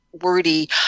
wordy